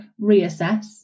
Reassess